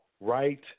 Right